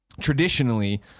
traditionally